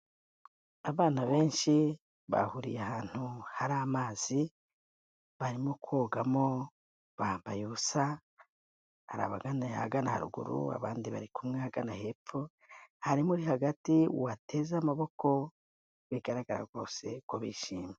Abana benshi bahuriye ahantu hari amazi, barimo kogamo bambaye ubusa, hari abagana ahagana haruguru, abandi bari kumwe ahagana hepfo, harimo uri hagati wateze amaboko bigaragara rwose ko bishimye.